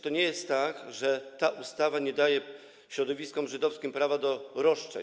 To nie jest tak, że ta ustawa nie daje środowiskom żydowskim prawa do roszczeń.